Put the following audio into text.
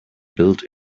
built